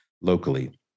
locally